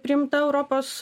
priimta europos